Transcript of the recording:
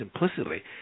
implicitly